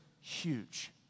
huge